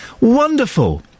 wonderful